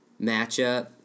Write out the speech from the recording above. matchup